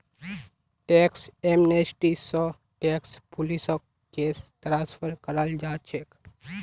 tax amnesty स tax पुलिसक case transfer कराल जा छेक